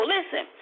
Listen